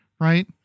right